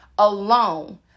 Alone